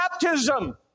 baptism